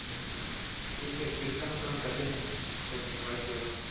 ठीक है फिर कन्फर्म कर देना स्कॉर्पियो व्हाइट कलर में